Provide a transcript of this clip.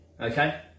okay